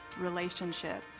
relationship